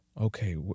okay